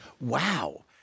Wow